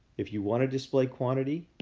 if you want to display quantity,